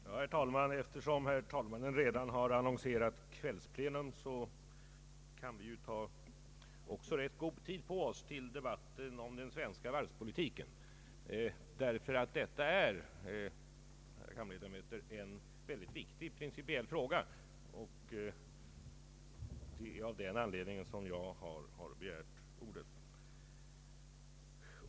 Herr talman! Eftersom herr talmannen redan har annonserat kvällsplenum kan vi ju ta rätt god tid på oss för debatten om den svenska varvspolitiken. Detta är, ärade kammarledamöter, en mycket viktig principiell fråga, och det är av den anledningen som jag har begärt ordet.